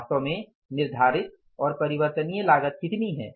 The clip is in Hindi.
वास्तव में निर्धारित और परिवर्तनीय लागत कितनी है